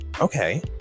Okay